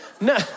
no